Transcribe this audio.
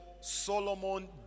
Solomon